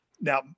now